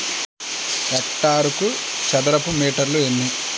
హెక్టారుకు చదరపు మీటర్లు ఎన్ని?